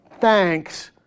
thanks